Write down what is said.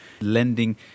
lending